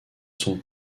son